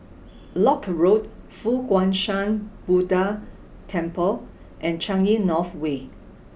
Lock Road Fo Guang Shan Buddha Temple and Changi North Way